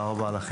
ישיבה זו נעולה.